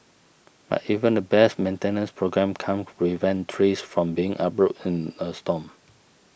but even the best maintenance programme can't prevent trees from being uprooted in a storm